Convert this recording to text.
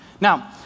Now